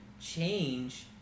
change